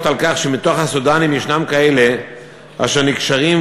על כך שבין הסודאנים יש כאלה אשר נקשרים,